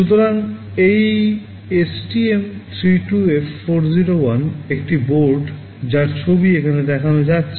সুতরাং এই STM32F401 একটি বোর্ড যার ছবিটা এখানে দেখা যাচ্ছে